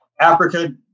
Africa